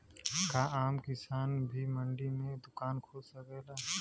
का आम किसान भी मंडी में दुकान खोल सकेला?